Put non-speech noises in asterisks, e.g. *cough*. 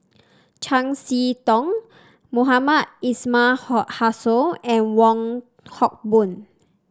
Chiam See Tong Mohamed Ismail *unintelligible* Hussain and Wong Hock Boon